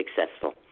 successful